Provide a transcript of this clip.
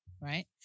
right